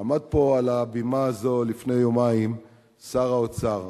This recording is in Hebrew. עמד פה על הבימה הזאת לפני יומיים שר האוצר.